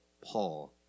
Paul